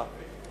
סליחה.